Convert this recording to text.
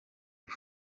ubu